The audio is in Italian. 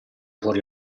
fuori